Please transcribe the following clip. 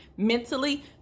mentally